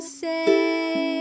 say